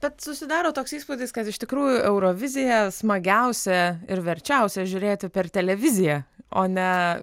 bet susidaro toks įspūdis kad iš tikrųjų euroviziją smagiausia ir verčiausia žiūrėti per televiziją o ne